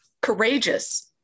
courageous